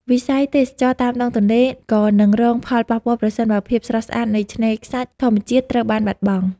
វិស័យទេសចរណ៍តាមដងទន្លេក៏នឹងរងផលប៉ះពាល់ប្រសិនបើភាពស្រស់ស្អាតនៃឆ្នេរខ្សាច់ធម្មជាតិត្រូវបានបាត់បង់។